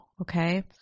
Okay